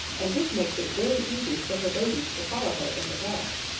and this makes it very easy for her babies to follow her in the dark.